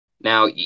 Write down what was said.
Now